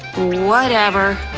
whatever.